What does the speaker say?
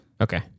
Okay